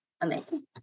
Amazing